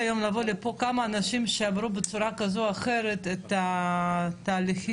בואו נעבור ישר למטה, כבר את כל זה דיברתי.